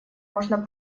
можно